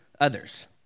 others